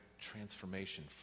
transformation